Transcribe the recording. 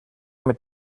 mit